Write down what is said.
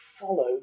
follow